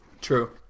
True